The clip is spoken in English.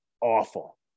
awful